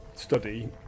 Study